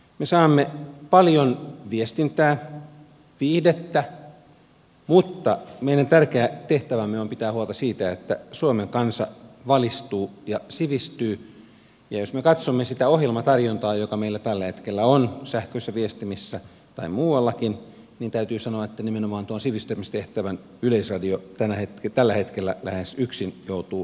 me saamme paljon viestintää viihdettä mutta meidän tärkeä tehtävämme on pitää huolta siitä että suomen kansa valistuu ja sivistyy ja jos me katsomme sitä ohjelmatarjontaa joka meillä tällä hetkellä on sähköisissä viestimissä tai muuallakin niin täytyy sanoa että nimenomaan tuon sivistämistehtävän yleisradio tällä hetkellä lähes yksin joutuu kantamaan